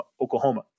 Oklahoma